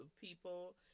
people